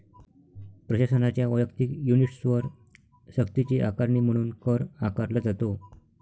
प्रशासनाच्या वैयक्तिक युनिट्सवर सक्तीची आकारणी म्हणून कर आकारला जातो